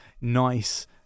nice